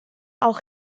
auch